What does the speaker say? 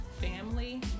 family